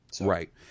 Right